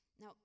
Now